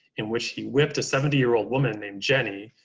in which he whipped a seventy year old woman named jenny,